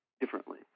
differently